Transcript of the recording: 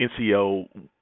NCO